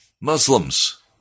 Muslims